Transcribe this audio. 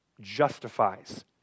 justifies